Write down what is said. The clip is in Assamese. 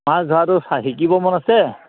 মাছ ধৰাটো চা শিকিব মন আছে